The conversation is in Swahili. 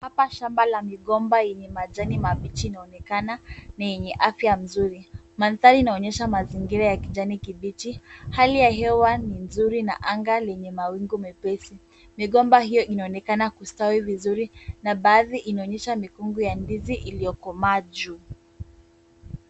Hapa shamba la migomba yenye majani mabichi inaonekana ni yenye afya nzuri. Mandhari inaonyesha mazingira ya kijani kibichi. Hali ya hewa ni nzuri na anga lenye mawingu mepesi. Migomba hiyo inaonekana kustawi vizuri na baadhi inaonyesha mikungu ya ndizi iliyokomaa juu.